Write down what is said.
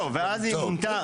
לא, ואז היא מונתה.